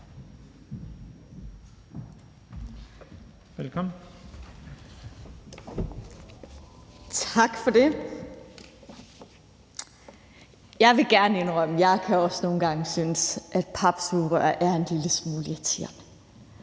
(RV): Tak for det. Jeg vil gerne indrømme, at jeg også nogle gange kan synes, at papsugerør er en lille smule irriterende.